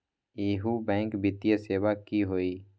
इहु बैंक वित्तीय सेवा की होई?